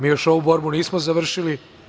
Mi još ovu borbu nismo završili.